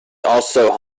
also